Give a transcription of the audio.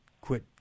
quit